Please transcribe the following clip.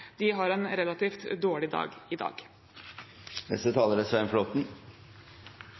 har en relativt dårlig dag i dag.